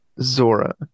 Zora